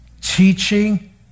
teaching